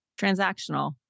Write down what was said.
transactional